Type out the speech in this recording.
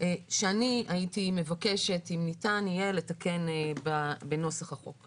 שאני הייתי מבקשת, אם ניתן יהיה לתקן בנוסח החוק.